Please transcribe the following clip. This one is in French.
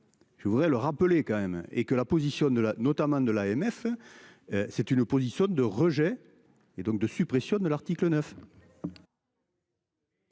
Je voudrais le rappeler quand même et que la position de la notamment de l'AMF. C'est une position de rejet et donc de suppression de l'article 9.